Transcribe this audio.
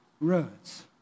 roads